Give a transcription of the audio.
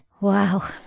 Wow